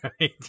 Right